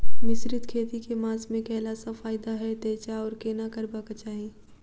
मिश्रित खेती केँ मास मे कैला सँ फायदा हएत अछि आओर केना करबाक चाहि?